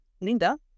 Linda